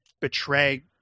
betray